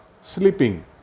sleeping